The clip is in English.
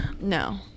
No